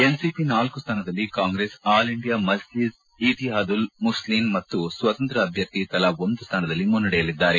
NCP ನಾಲ್ಕು ಸ್ಥಾನದಲ್ಲಿ Congress All India Majlise Ittehadul Muslimeen ಮತ್ತು ಸ್ವತಂತ್ರ್ಯ ಅಭ್ಯರ್ಥಿ ತಲಾ ಒಂದು ಸ್ಥಾನದಲ್ಲಿ ಮುನ್ನಡೆಯಲ್ಲಿದ್ದಾರೆ